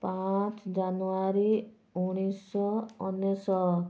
ପାଞ୍ଚ ଜାନୁଆରୀ ଉଣେଇଶି ଶହ ଅନେଶତ